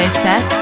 set